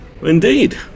Indeed